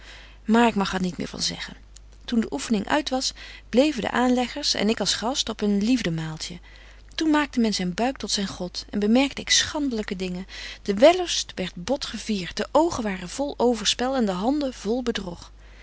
maar ik mag er niet meer van zeggen toen de oeffening uit was bleven de aanleggers en ik als gast op een liefde maaltje toen maakte men zyn buik tot zyn god en bemerkte ik schandelyke dingen de wellust werdt bot geviert de betje wolff en aagje deken historie van mejuffrouw sara burgerhart oogen waren vol overspel en de handen vol